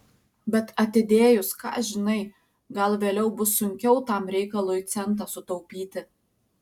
bet atidėjus ką žinai gal vėliau bus sunkiau tam reikalui centą sutaupyti